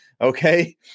Okay